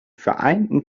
vereinten